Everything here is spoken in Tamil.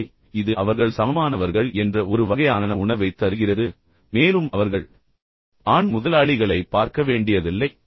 எனவே இது அவர்கள் சமமானவர்கள் என்ற ஒரு வகையான உணர்வைத் தருகிறது மேலும் அவர்கள் ஆண் முதலாளிகளைப் பார்க்க வேண்டியதில்லை